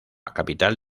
capital